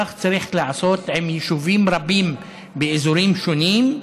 כך צריך לעשות ביישובים רבים באזורים שונים,